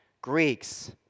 Greeks